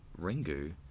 Ringu